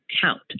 count